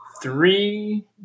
Three